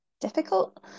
difficult